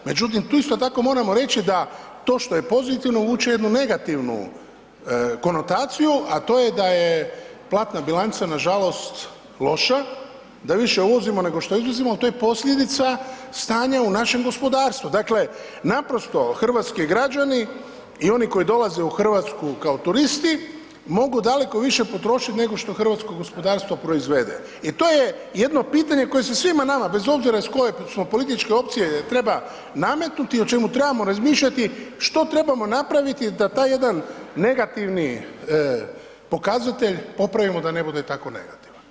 Međutim, tu isto tako moramo reći da to što je pozitivno vuče jednu negativnu konotaciju, a to je da je platna bilanca nažalost loša, da više uvozimo nego što izvozimo, ali to je posljedica stanja u našem gospodarstvu, dakle naprosto hrvatski građani i oni koji dolaze u Hrvatsku kao turisti mogu daleko više potrošiti nego što hrvatsko gospodarstvo proizvede i to je jedno pitanje koje se svima nama, bez obzira iz koje smo političke opcije treba nametnuti i o čemu trebamo razmišljati je što trebamo napraviti da taj jedan negativni pokazatelj popravimo da ne bude tako negativan.